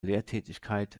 lehrtätigkeit